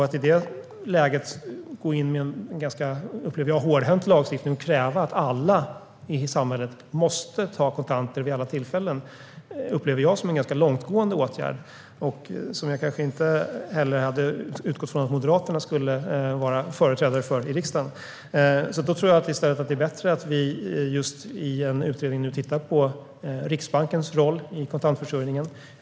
Att i detta läge gå in med en hårdhänt lagstiftning och kräva att alla i samhället måste ta kontanter vid alla tillfällen upplever jag som en ganska långtgående åtgärd - en åtgärd som jag inte heller hade utgått från att Moderaterna skulle vara företrädare för i riksdagen. Det är bättre att vi i en utredning tittar på Riksbankens roll i kontantförsörjningen.